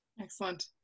Excellent